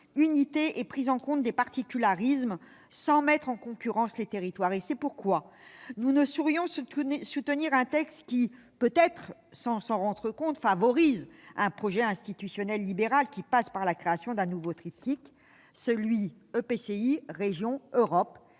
unité et prise en compte des particularismes, sans mettre en concurrence les territoires. C'est pourquoi nous ne saurions soutenir un texte qui, peut-être sans s'en rendre compte, favorise un projet institutionnel libéral, qui passe par la création d'un nouveau triptyque EPCI-régions-Europe,